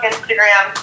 Instagram